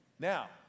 Now